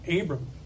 abram